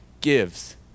gives